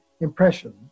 impression